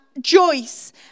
Joyce